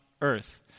earth